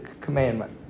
commandment